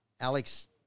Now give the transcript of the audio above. Alex